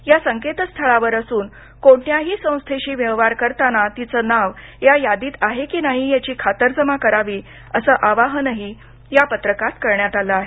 या संकेतस्थळावर असून कोणत्याही संस्थेशी व्यवहार करताना तिचं नाव या यादीत आहे की नाही त्याची खातरजमा करावी असं आवाहनही या पत्रकात करण्यात आलं आहे